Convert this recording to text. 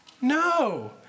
No